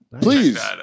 please